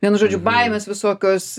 vienu žodžiu baimės visokios